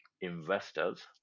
investors